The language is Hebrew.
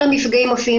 כל המפגעים מופיעים